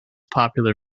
popular